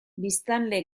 biztanle